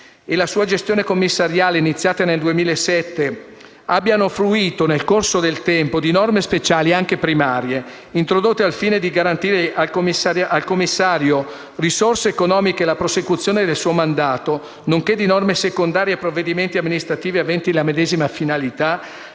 e la sua gestione commissariale, iniziata nel 2007, abbiano fruito, nel corso del tempo, di norme speciali, anche primarie, introdotte al fine di garantire al commissario risorse economiche e la prosecuzione del suo mandato, nonché di norme secondarie e provvedimenti amministrativi aventi la medesima finalità,